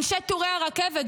אנשי טורי הרכבת,